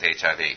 HIV